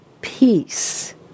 peace